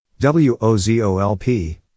W-O-Z-O-L-P